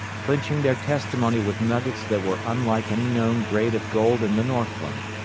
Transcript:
clinching their testimony with nuggets that were unlike any known grade of gold in the northland.